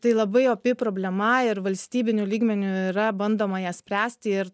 taip tai labai opi problema ir valstybiniu lygmeniu yra bandoma ją spręsti ir